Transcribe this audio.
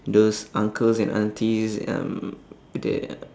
those uncles and aunties um they are